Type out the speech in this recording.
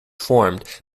formed